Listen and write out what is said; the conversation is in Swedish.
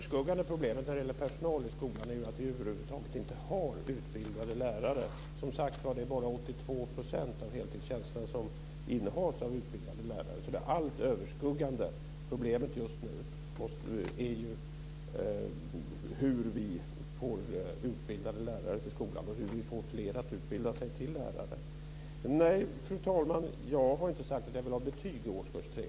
Fru talman! Det stora överskuggande problemet när det gäller personal i skolan är att vi över huvud taget inte har utbildade lärare. Det är, som sagt var, bara 82 % av heltidstjänsterna som innehas av utbildade lärare. Det allt överskuggande problemet just nu är hur vi får utbildade lärare till skolan och hur vi får fler att utbilda sig till lärare. Nej, fru talman, jag har inte sagt att jag vill ha betyg i årskurs 3.